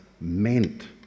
meant